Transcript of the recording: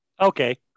Okay